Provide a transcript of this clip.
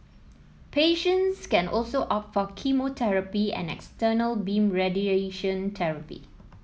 patients can also opt for chemotherapy and external beam radiation therapy